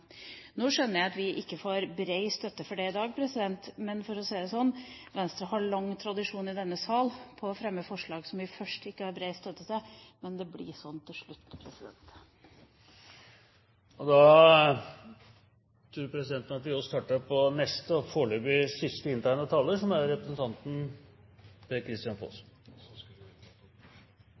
Nå skjønner jeg at vi ikke får bred støtte for det i dag, men for å si det slik: Venstre har lang tradisjon i denne sal for å fremme forslag som vi først ikke får bred støtte til – men det blir slik til slutt. Kan presidenten oppfatte det slik at representanten Trine Skei Grande tok opp det forslaget hun omtalte, slik at vi får protokollført det? Ja, det er riktig. Da har representanten